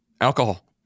alcohol